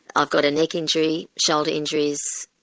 i've got a neck injury, shoulder injuries,